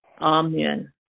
amen